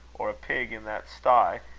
or a pig in that stye,